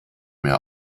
mehr